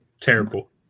Terrible